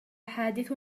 حادث